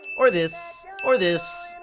or this, or this,